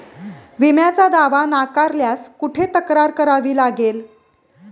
विम्याचा दावा नाकारल्यास कुठे तक्रार करावी लागेल?